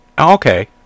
Okay